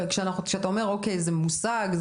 כשאתה אומר אוקיי זה מושג,